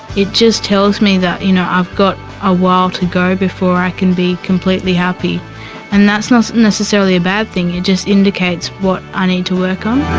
it just tells me that, you know, i've got a while to go before i can be completely happy and that's not necessarily a bad thing, it just indicates what i need to work on.